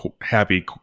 happy